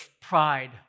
pride